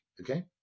Okay